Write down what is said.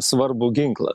svarbų ginklą